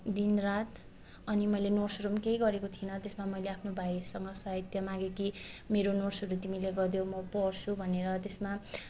दिनरात अनि मैले नोट्सहरू केही गरेको थिइनँ त्यसमा मैले आफ्नो भाइहरूसँग सहायता मागेँ कि मेरो नोट्सहरू तिमीले गरिदेऊ म पढ्छु भनेर त्यसमा